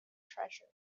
treasure